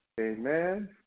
Amen